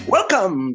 Welcome